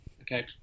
Okay